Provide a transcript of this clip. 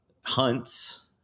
hunts